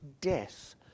death